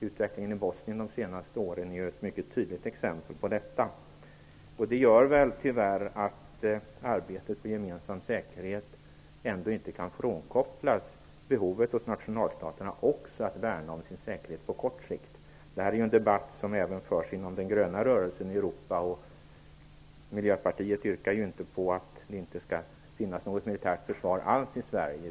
Utvecklingen i Bosnien de senaste åren är ett mycket tydligt exempel på detta. Det gör tyvärr att arbetet för en gemensam säkerhet ändå inte kan frånkopplas behovet hos nationalstaterna också att värna om sin säkethet på kort sikt. Det här är en debatt som förs även inom den gröna rörelsen i Europa, och Miljöpartiet yrkar ju inte på att det inte skall finnas något militärt försvar alls i Sverige.